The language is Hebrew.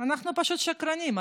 אנחנו פשוט שקרנים.